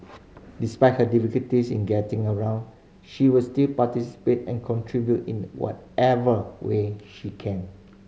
despite her difficulties in getting around she will still participate and contribute in whatever way she can